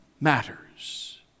matters